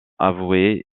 avoué